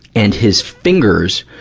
and his fingers,